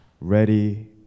ready